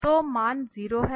तो मान 0 है